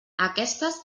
aquestes